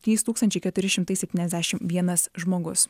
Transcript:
trys tūkstančiai keturi šimtai septyniasdešimt vienas žmogus